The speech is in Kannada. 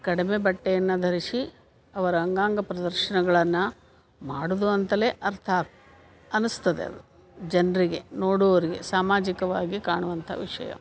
ಕಡಿಮೆ ಬಟ್ಟೆಯನ್ನು ಧರಿಸಿ ಅವರ ಅಂಗಾಗ ಪ್ರದರ್ಶನಗಳನ್ನು ಮಾಡೋದು ಅಂತಲೇ ಅರ್ಥ ಅನ್ನಿಸ್ತದೆ ಅದು ಜನರಿಗೆ ನೋಡುವರಿಗೆ ಸಾಮಾಜಿಕವಾಗಿ ಕಾಣುವಂಥ ವಿಷಯ